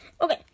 Okay